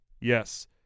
Yes